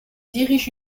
dirige